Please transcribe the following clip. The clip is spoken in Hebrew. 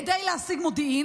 כדי להשיג מודיעין,